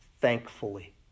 thankfully